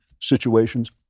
situations